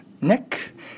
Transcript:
Nick